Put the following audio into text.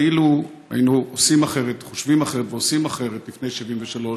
ואילו היינו עושים אחרת או חושבים אחרת ועושים אחרת לפני 73',